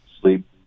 sleep